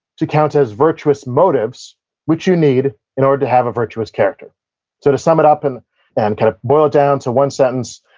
to count as virtuous motives which you need in order to have a virtuous character so, to sum it up and and kind of boil it down to one sentence,